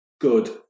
good